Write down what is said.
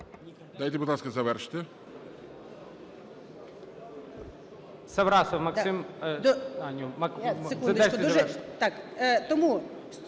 Дайте, будь ласка, завершити.